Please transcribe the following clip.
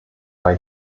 bei